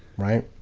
right?